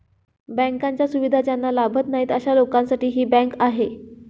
बँकांच्या सुविधा ज्यांना लाभत नाही अशा लोकांसाठी ही बँक आहे